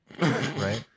Right